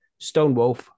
Stonewolf